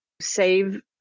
save